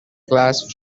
class